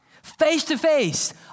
Face-to-face